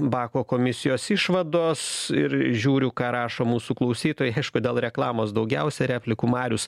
bako komisijos išvados ir žiūriu ką rašo mūsų klausytojai aišku dėl reklamos daugiausia replikų marius